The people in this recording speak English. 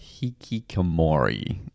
Hikikomori